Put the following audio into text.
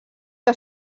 que